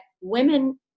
women